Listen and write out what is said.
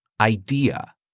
idea